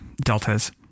deltas